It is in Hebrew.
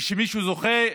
כשמישהו זוכה במדליה,